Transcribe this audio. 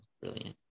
brilliant